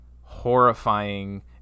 horrifying